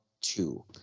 two